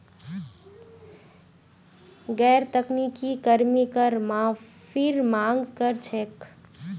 गैर तकनीकी कर्मी कर माफीर मांग कर छेक